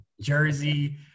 Jersey